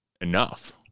enough